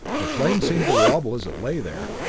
the plane seemed to wobble as it lay there,